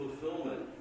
fulfillment